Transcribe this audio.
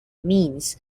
means